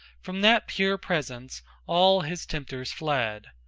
from that pure presence all his tempters fled.